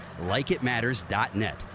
LikeItMatters.net